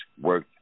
work